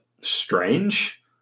strange